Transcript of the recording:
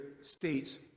states